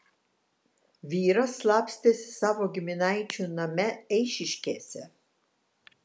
vyras slapstėsi savo giminaičių name eišiškėse